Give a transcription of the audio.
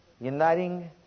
uniting